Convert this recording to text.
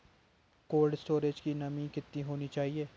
Cold storage की नमी कितनी होनी चाहिए?